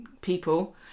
people